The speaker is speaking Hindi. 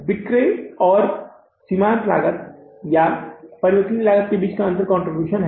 बिक्री और सीमांत लागत या परिवर्तनीय लागत के बीच का अंतर कंट्रीब्यूशन है